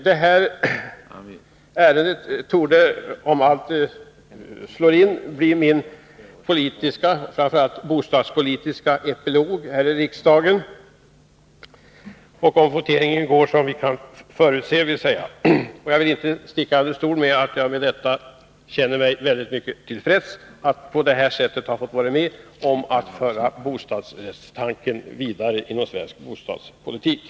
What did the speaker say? Det här ärendet torde bli min politiska — framför allt bostadspolitiska — epilog här i riksdagen, dvs. om voteringen går som vi kan förutse. Jag vill inte sticka under stol med att jag känner mig mycket till freds med att på det här sättet ha fått vara med om att föra bostadsrättstanken vidare inom svensk bostadspolitik.